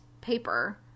paper